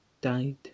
died